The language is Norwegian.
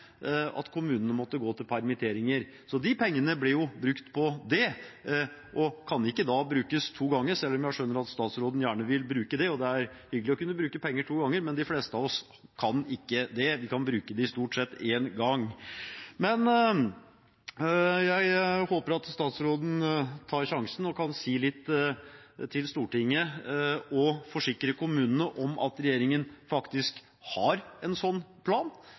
at kommunene måtte gå til permitteringer. Så de pengene ble jo brukt på det og kan ikke brukes to ganger, selv om jeg skjønner at statsråden gjerne vil bruke dem.. Det er fint å kunne bruke penger to ganger, men de fleste av oss kan ikke det. Vi kan stort sett bruke dem én gang. Jeg håper at statsråden tar sjansen, kan si litt til Stortinget og forsikre kommunene om at regjeringen faktisk har en sånn plan,